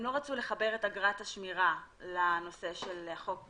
הם לא רצו לחבר את אגרת השמירה לנושא של החוק